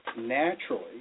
naturally